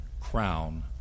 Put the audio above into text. crown